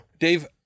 Dave